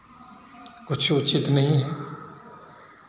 कुछ उचित नहीं है